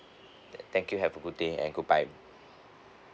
thank you have a good day and goodbye